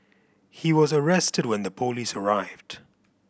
he was arrested when the police arrived